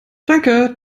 danke